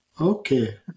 Okay